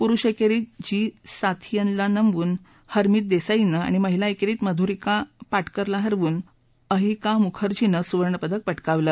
पुरुष एकेरीत जी साथीयनला नमवून हरमीत देसाईनं आणि महिला एकेरीत मधुरिका पा किरला हरवून अयहिका मुखर्जींनं सुवर्णपदक प क्रिवलं